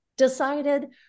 Decided